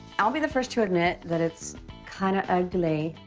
i'll be the first to admit that it's kind of ugly.